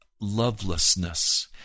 lovelessness